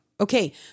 okay